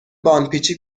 باندپیچی